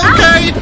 Okay